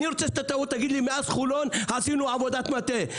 אני רוצה שתגיד לי, מאז חולון עשינו עבודת מטה.